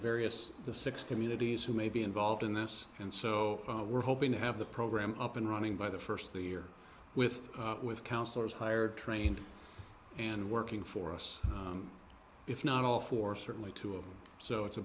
various the six communities who may be involved in this and so we're hoping to have the program up and running by the first of the year with with counselors hired trained and working for us if not all four certainly two of them so it's a